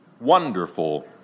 Wonderful